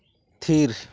ᱛᱷᱤᱨ